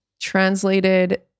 translated